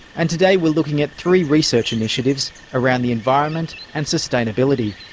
and today we're looking at three research initiatives around the environment and sustainability.